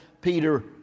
Peter